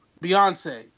Beyonce